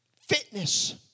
Fitness